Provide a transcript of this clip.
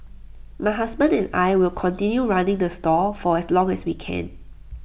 my husband and I will continue running the stall for as long as we can